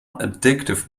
addictive